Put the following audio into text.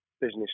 business